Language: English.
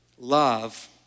Love